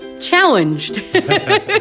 challenged